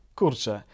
kurczę